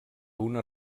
una